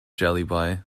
jellyby